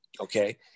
Okay